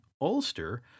Ulster